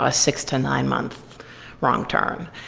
a six to nine-month wrong turn.